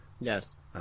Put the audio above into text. Yes